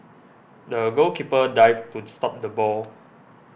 the goalkeeper dived to stop the ball